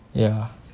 ya